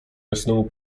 jasnemu